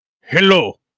Hello